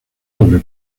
sobre